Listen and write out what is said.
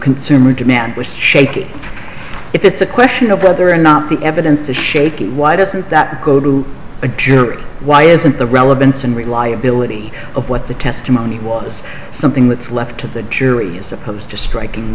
consumer demand was shaky if it's a question of whether or not the evidence is shaky why doesn't that go to a jury why isn't the relevance and reliability of what the testimony was something that's left to the jury or supposed to striking